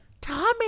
Tommy